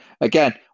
Again